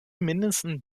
mindestens